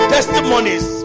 Testimonies